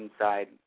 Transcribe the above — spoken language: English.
inside